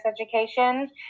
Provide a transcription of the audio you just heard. education